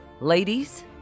Ladies